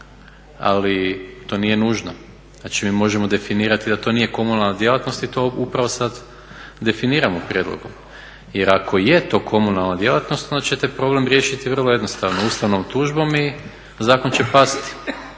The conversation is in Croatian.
ali to nije nužno. Znači mi možemo definirati da to nije komunalna djelatnost i to upravo sad definiramo prijedlogom. Jer ako je to komunalna djelatnost onda ćete problem riješiti vrlo jednostavno ustavnom tužbom i zakon će pasti.